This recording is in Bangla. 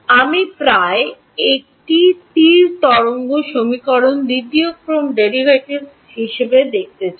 আমি প্রায় একটি প্রথম তরঙ্গ সমীকরণ দ্বিতীয় ক্রম ডেরাইভেটিভস হিসাবে দেখতে চাই